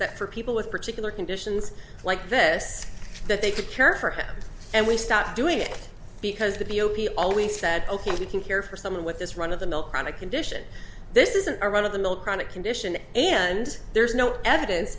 that for people with particular conditions like this that they could cure her and we stopped doing it because the b o p always said ok if you can care for someone with this run of the mill chronic condition this isn't a run of the mill chronic condition and there's no evidence